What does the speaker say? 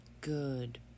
good